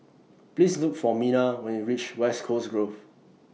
Please Look For Minna when YOU REACH West Coast Grove